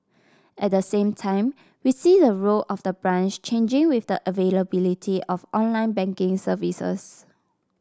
at the same time we see the role of the branch changing with the availability of online banking services